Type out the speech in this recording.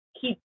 keep